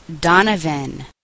donovan